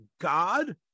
God